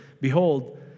behold